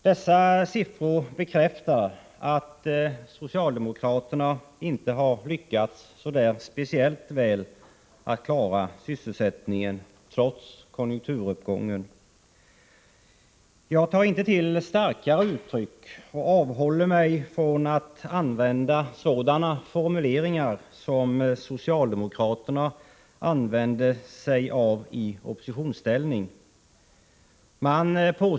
Dessa siffror bekräftar att socialdemokraterna inte har lyckats så där speciellt väl att klara sysselsättningen trots konjunkturuppgången. Jag tar inte till starkare uttryck och avhåller mig från sådana formuleringar som socialdemokraterna använde i oppositionsställning.